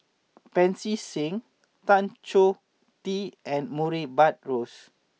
Pancy Seng Tan Choh Tee and Murray Buttrose